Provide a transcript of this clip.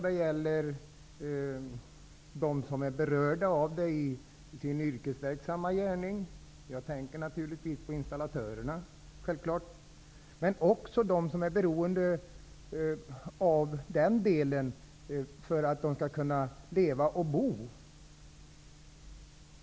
Det gäller både dem som är berörda av den i sin yrkesverksamma gärning -- jag tänker naturligtvis på installatörerna -- och dem som är beroende av den för att kunna leva och bo.